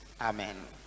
amen